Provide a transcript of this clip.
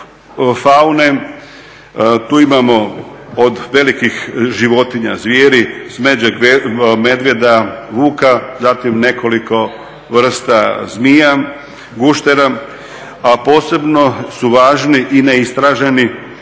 faune tu imamo od velikih životinja zvijeri smeđeg medvjeda, vuka, zatim nekoliko vrsta zmija, guštera. A posebno su važni i neistražena